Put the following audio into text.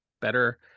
better